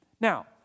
Now